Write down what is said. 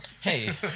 Hey